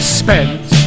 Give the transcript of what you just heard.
spent